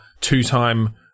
two-time